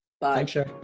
Bye